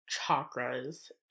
chakras